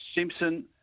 Simpson